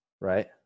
right